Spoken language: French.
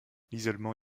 l’isolement